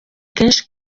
kenshi